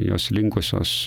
jos linkusios